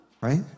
right